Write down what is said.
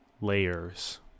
layers